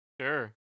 sure